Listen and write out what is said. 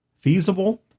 feasible